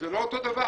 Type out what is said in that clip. זה לא אותו דבר.